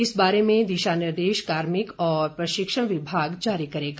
इस बारे में दिशा निर्देश कार्मिक और प्रशिक्षण विभाग जारी करेगा